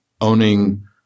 owning